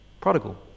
prodigal